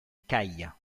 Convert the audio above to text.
caille